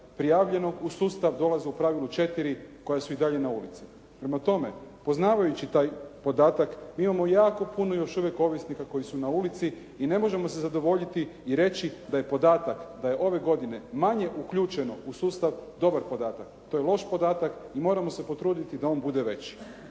prijavljeno u sustav dolazi u pravilu četiri koja su i dalje na ulici. Prema tome, poznavajući taj podatak mi imamo jako puno još uvijek ovisnika koji su na ulici i ne možemo se zadovoljiti i reći da je podatak da je ove godine manje uključeno u sustav dobar podatak. To je loš podatak i moramo se potruditi da on bude veći.